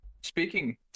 Speaking